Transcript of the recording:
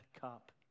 cup